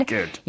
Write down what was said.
Good